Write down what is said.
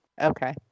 Okay